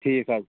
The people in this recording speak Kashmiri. ٹھیٖک حظ